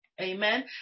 Amen